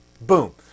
Boom